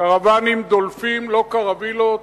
קרוונים דולפים, לא קרווילות,